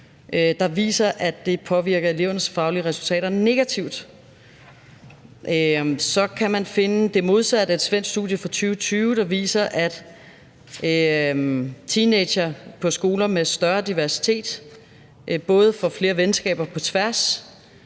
der viser, at det påvirker elevernes faglige resultater negativt. Så kan man finde det modsatte resultat i et svensk studie fra 2020, der viser, at teenagere på skoler med en større diversitet får flere venskaber på tværs,